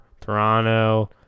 Toronto